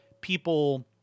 people